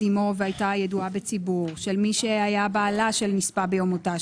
עמו והייתה ידועה בציבור של מי שהיה בעלה שנספה ביום מותה,